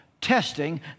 testing